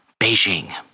Beijing